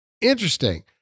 interesting